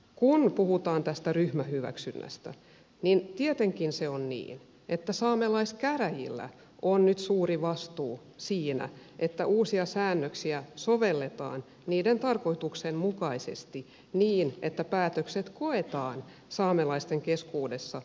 kun puhutaan ryhmähyväksynnästä niin tietenkin on niin että saamelaiskäräjillä on nyt suuri vastuu siinä että uusia säännöksiä sovelletaan niiden tarkoituksen mukaisesti niin että päätökset koetaan saamelaisten keskuudessa oikeudenmukaisina